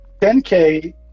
10k